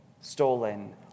stolen